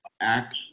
act